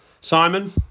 Simon